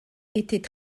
étaient